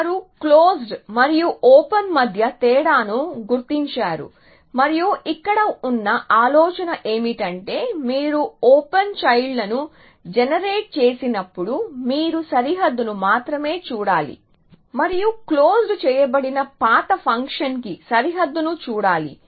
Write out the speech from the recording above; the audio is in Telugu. వారు క్లోజ్డ్ మరియు ఓపెన్ మధ్య తేడాను గుర్తించారు మరియు ఇక్కడ ఉన్న ఆలోచన ఏమిటంటే మీరు ఓపెన్ చైల్డ్ లను జనరేట్ చేసినప్పుడు మీరు సరిహద్దును మాత్రమే చూడాలి మరియు క్లోజ్ చేయబడిన పాత ఫంక్షన్కి సరిహద్దును చూడాలి